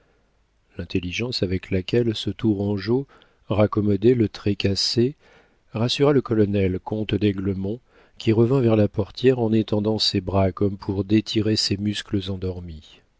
avec laquelle ce tourangeau raccommodait le trait cassé rassura le colonel comte d'aiglemont qui revint vers la portière en étendant ses bras comme pour détirer ses muscles endormis